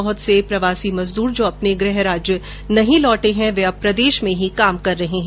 बहुत से प्रवासी मजदूर जो अपने गृह राज्य नहीं लौटे है वे अब प्रदेश में ही काम कर रहे है